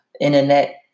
Internet